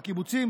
בקיבוצים,